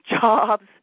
jobs